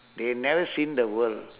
they never seen the world